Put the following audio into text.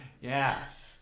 Yes